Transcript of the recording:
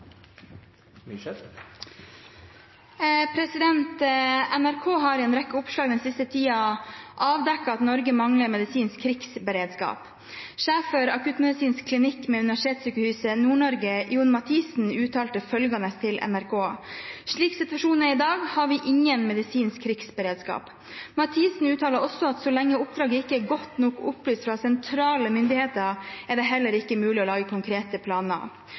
har i en rekke oppslag den siste tiden avdekket at Norge mangler medisinsk krigsberedskap. Sjef for akuttmedisinsk klinikk ved Universitetssykehuset Nord-Norge, Jon Mathisen, uttalte følgende til NRK: «Slik situasjonen er i dag, har vi ingen medisinsk krigsberedskap.» Mathisen uttaler også at så lenge oppdraget ikke er godt nok opplyst fra sentrale myndigheter, er det heller ikke mulig å lage konkrete planer.